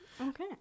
Okay